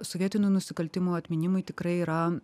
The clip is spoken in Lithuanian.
sovietinių nusikaltimų atminimui tikrai yra